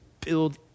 build